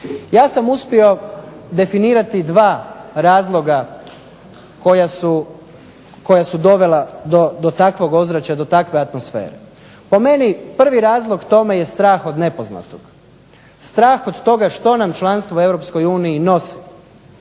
Ja sam uspio definirati dva razloga koja su dovela do takvog ozračja do takve atmosfere. Po meni prvi razlog je tome je strah od nepoznatog, strah od toga što nam članstvo u EU nosi.